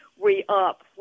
re-up